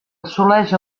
assoleix